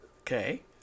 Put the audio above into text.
okay